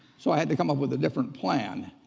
so i had to come up with a different plan.